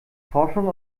forschung